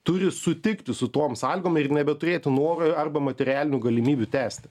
turi sutikti su tom sąlygom ir nebeturėti norų arba materialinių galimybių tęsti